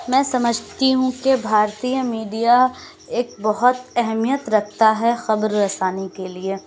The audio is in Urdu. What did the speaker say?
میں سمجھتی ہوں کہ بھارتیہ میڈیا ایک بہت اہمیت رکھتا ہے خبر رسانی کے لیے